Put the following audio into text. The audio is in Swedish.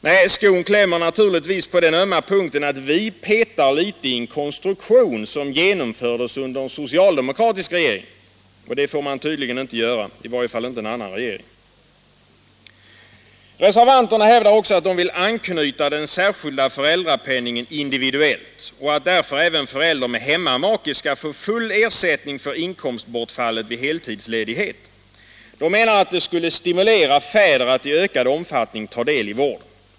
Nej, skon klämmer naturligtvis på den ömma punkten att vi petar litet i en konstruktion som genomfördes av en socialdemokratisk regering, och det får man tydligen inte göra — i varje fall får inte en annan regering göra det. Reservanterna hävdar att de vil! anknyta den särskilda föräldrapenningen individuellt och att därför även förälder med hemmamake skall få full ersättning för inkomstbortfallet vid heltidsledighet. De menar att det skulle ”stimulera fäderna att i ökad omfattning ta del i vården”.